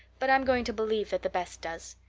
but i'm going to believe that the best does.